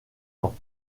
ans